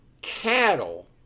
cattle